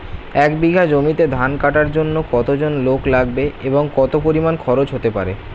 এক বিঘা জমিতে ধান কাটার জন্য কতজন লোক লাগবে এবং কত পরিমান খরচ হতে পারে?